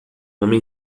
homem